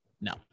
no